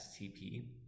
STP